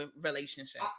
relationship